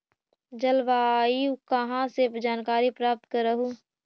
जलवायु कहा से जानकारी प्राप्त करहू?